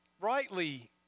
rightly